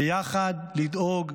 ויחד לדאוג,